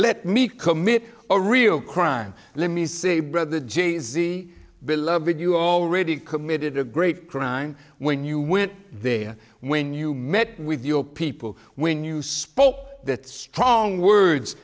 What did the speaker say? let me commit a real crime let me see the j c beloved you already committed a great crime when you when the when you met with your people when you spoke that strong words